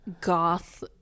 goth